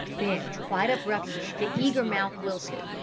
then quite abruptly the eager mouth wilted.